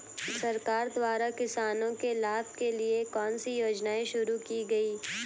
सरकार द्वारा किसानों के लाभ के लिए कौन सी योजनाएँ शुरू की गईं?